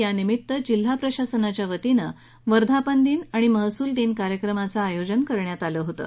यानिमित्त जिल्हा प्रशासनाच्या वतीनं वर्धापन दिन तसंच महसूल दिन कार्यक्रमाचं आयोजन करण्यात आलं होतं